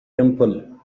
temple